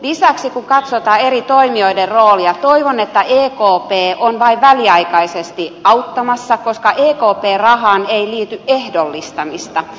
lisäksi kun katsotaan eri toimijoiden roolia toivon että ekp on vain väliaikaisesti auttamassa koska ekpn rahaan ei liity ehdollistamista